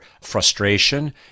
frustration